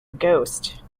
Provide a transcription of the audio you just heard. ghost